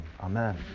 amen